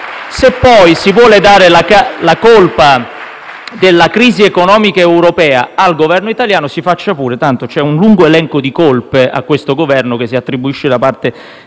Se poi si vuole dare la colpa della crisi economica europea al Governo italiano, si faccia pure, tanto, c'è un lungo elenco di colpe che si attribuiscono a